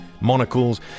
monocles